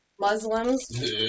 Muslims